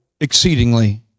exceedingly